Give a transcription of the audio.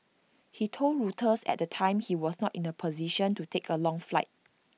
he told Reuters at the time he was not in A position to take A long flight